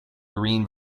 green